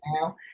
now